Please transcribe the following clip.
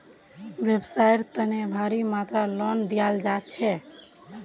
व्यवसाइर तने भारी मात्रात लोन दियाल जा छेक